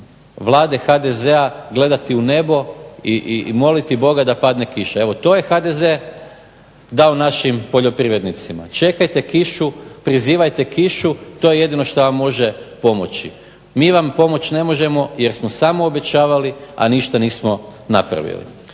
vlade HDZ-a gledati u nebo i moliti Boga da padne kiša. Evo to je HDZ dao našim poljoprivrednicima, čekajte kišu, prizivajte kišu, to je jedno što vam može pomoći. Mi vam pomoći ne možemo jer smo samo obećavali, a ništa nismo napravili.